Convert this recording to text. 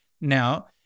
now